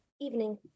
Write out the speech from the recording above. evening